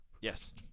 Yes